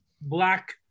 black